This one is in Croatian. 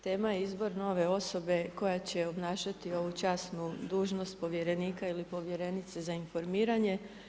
Tema je izbor nove osobe koja će obnašati ovu časnu dužnost povjerenika ili povjerenice za informiranje.